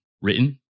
written